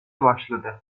başladı